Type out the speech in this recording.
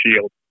shield